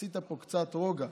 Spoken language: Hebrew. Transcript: עשית פה קצת רוגע,